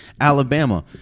Alabama